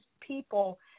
people